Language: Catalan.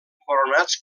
coronats